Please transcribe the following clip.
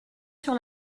sur